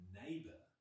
neighbor